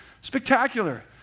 spectacular